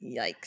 Yikes